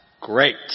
great